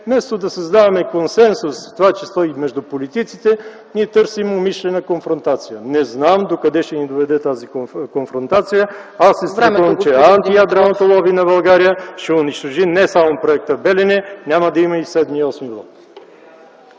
вместо да създаваме консенсус, в това число и между политиците, ние търсим умишлена конфронтация. Не знам докъде ще ни доведе тази конфронтация. Аз се страхувам, че антиядреното лоби на България ще унищожи не само проекта „Белене”, няма да има и седми и